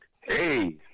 Hey